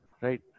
right